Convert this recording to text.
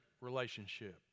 relationship